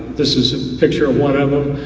this is a picture of one.